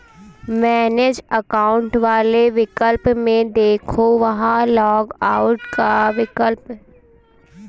manage account वाले विकल्प में देखो, वहां लॉग आउट का विकल्प भी होगा